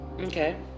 Okay